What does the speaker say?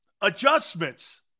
Adjustments